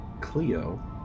Cleo